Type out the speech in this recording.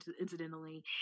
incidentally